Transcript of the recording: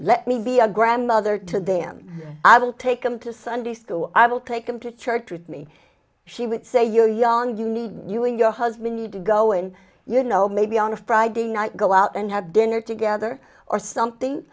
let me be a grandmother to them i will take them to sunday school i will take them to church with me she would say you're young you need you and your husband need to go in you know maybe on a friday night go out and have dinner together or something